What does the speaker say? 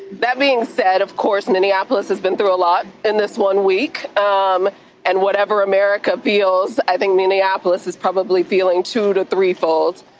that being said, of course, minneapolis has been through a lot in this one week. um and whatever america feels, i think minneapolis is probably feeling two to three-fold.